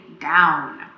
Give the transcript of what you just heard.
down